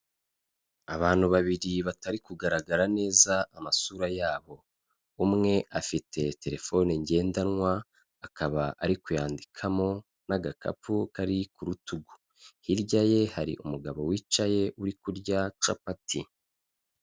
Abantu babiri batari kugaragara neza amasura yabo, umwe afite telefone ngendanwa akaba ari kuyandikamo n'agakapu kari ku rutugu, hirya ye hari umugabo wicaye uri kurya capati.